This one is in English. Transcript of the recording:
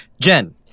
Jen